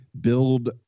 build